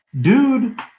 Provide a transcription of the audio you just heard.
Dude